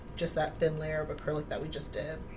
just that thin layer but kerlick that we just did